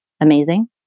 amazing